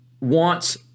wants